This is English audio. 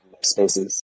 spaces